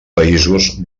països